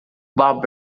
bob